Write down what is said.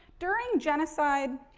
during genocide,